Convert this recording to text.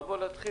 מי הדוברת?